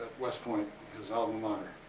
west point, his alma mater.